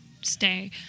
stay